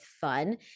fun